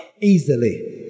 Easily